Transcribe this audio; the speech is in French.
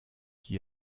qui